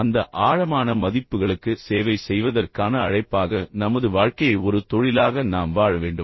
அந்த ஆழமான மதிப்புகளுக்கு சேவை செய்வதற்கான அழைப்பாக நமது வாழ்க்கையை ஒரு தொழிலாக நாம் வாழ வேண்டும்